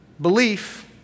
belief